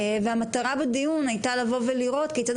והמטרה בדיון הייתה לבוא ולראות כיצד